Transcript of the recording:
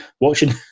Watching